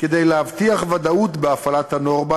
כדי להבטיח ודאות בהפעלת הנורמה,